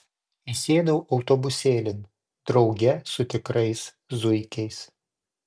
įsėdau autobusėlin drauge su tikrais zuikiais